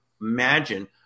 imagine